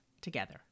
together